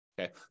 Okay